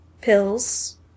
pills